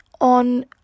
on